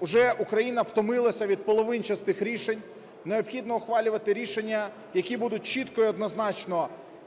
уже Україна втомилася від половинчастих рішень, необхідно ухвалювати рішення, які будуть чітко і однозначно працювати